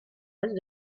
est